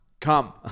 Come